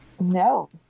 No